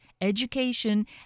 education